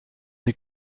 des